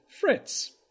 Fritz